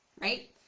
right